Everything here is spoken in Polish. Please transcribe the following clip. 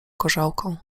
gorzałką